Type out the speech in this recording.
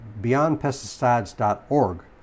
beyondpesticides.org